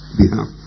behalf